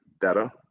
better